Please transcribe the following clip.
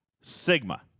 Sigma